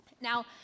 Now